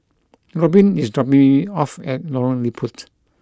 Robyn is dropping me off at Lorong Liput